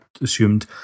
assumed